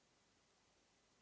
Hvala.